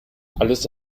alles